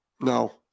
No